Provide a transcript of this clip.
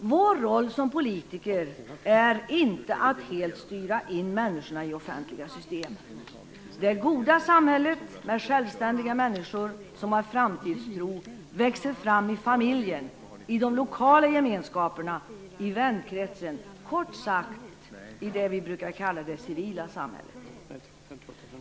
Vår roll som politiker är inte att helt styra in människorna i offentliga system. Det goda samhället med självständiga människor, som har framtidstro, växer fram i familjen, i de lokala gemenskaperna, i vänkretsen, kort sagt i det vi brukar kalla det civila samhället.